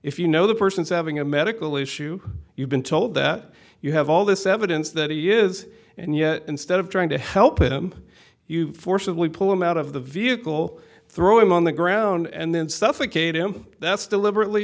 if you know the person is having a medical issue you've been told that you have all this evidence that he is and yet instead of trying to help him you forcibly pull him out of the vehicle throw him on the ground and then suffocate him that's deliberately